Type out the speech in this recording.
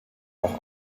auch